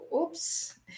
Oops